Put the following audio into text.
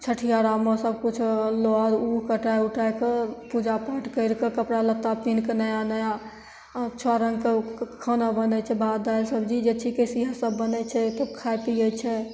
छठिआरामे सबकिछु नह उह कटै उटैके पूजा पाठ करिके कपड़ा लत्ता पीन्हिके नया नया छओ रङ्गके खाना बनै छै भात दालि सबजी जे छिकै इएहसब बनै छै खाइ पिए छै